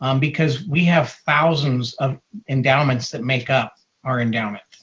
um because we have thousands of endowments that make up our endowment,